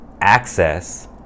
access